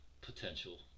potential